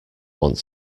want